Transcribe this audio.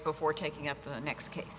before taking up the next case